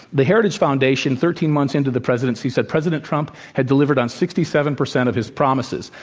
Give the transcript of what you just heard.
the heritage foundation thirteen months into the presidency said president trump had delivered on sixty seven percent of his promises.